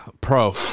pro